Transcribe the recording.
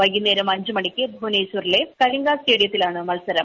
വൈകുന്നേരം അഞ്ച് മണിക്ക് ഭൂവനേശ്വറിലെ കലിംഗ സ്റ്റേഡിയത്തിലാണ് മത്സരം